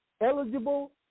eligible